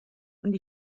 und